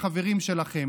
החברים שלכם.